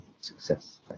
success